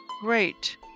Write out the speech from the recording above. Great